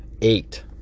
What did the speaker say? Eight